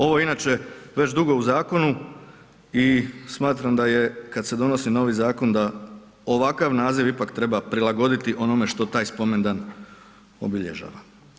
Ovo je inače već dugo u zakonu i smatram da je kad se donosi novi zakon da ovakav naziv ipak treba prilagoditi onome što taj spomendan obilježava.